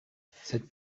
cette